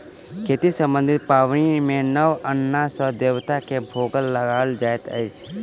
खेती सम्बन्धी पाबनि मे नव अन्न सॅ देवता के भोग लगाओल जाइत अछि